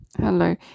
Hello